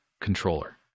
controller